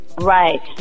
Right